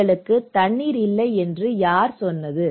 எங்களுக்கு தண்ணீர் இல்லை என்று யார் சொன்னார்கள்